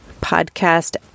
podcast